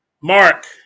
Mark